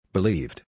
Believed